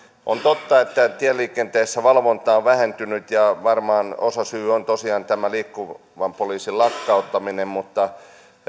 on totta että tieliikenteessä valvonta on vähentynyt ja varmaan osasyy on tosiaan tämä liikkuvan poliisin lakkauttaminen mutta